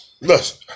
listen